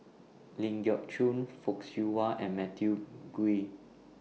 Ling Geok Choon Fock Siew Wah and Matthew Ngui